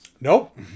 Nope